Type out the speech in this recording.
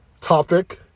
topic